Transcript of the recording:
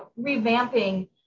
revamping